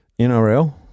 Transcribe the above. NRL